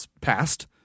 passed